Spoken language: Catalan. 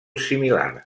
similar